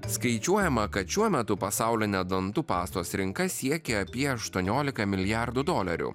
skaičiuojama kad šiuo metu pasaulinė dantų pastos rinka siekia apie aštuoniolika milijardų dolerių